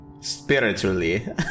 spiritually